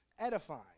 edifying